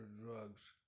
drugs